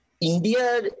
India